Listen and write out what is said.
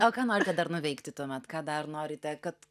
o ką norite dar nuveikti tuomet ką dar norite kad